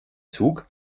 zug